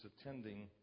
attending